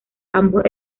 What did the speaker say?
ambos